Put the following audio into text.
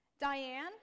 Diane